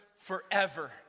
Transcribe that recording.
forever